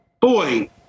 boy